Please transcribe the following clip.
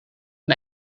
een